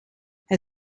hij